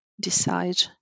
decide